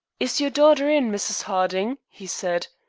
is your daughter in, mrs. harding? he said.